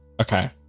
Okay